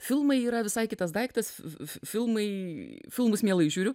filmai yra visai kitas daiktas filmai filmus mielai žiūriu